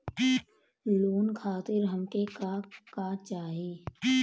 Loan खातीर हमके का का चाही?